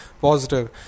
positive